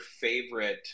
favorite